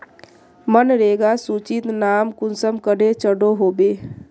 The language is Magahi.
मनरेगा सूचित नाम कुंसम करे चढ़ो होबे?